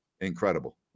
incredible